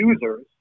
users